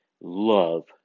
love